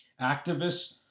Activists